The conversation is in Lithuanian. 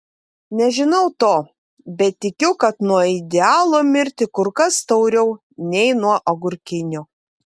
nežinau to bet tikiu kad nuo idealo mirti kur kas tauriau nei nuo agurkinio